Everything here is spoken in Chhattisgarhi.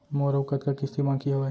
मोर अऊ कतका किसती बाकी हवय?